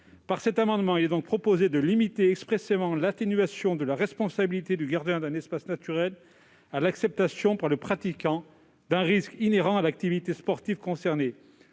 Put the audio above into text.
de cet amendement, il est proposé de limiter expressément la responsabilité du gardien d'un espace naturel au travers de l'acceptation par le pratiquant d'un risque inhérent à l'activité sportive concernée.